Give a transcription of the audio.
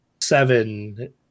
seven